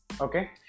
Okay